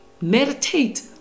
meditate